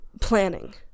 planning